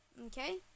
Okay